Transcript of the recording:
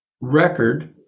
record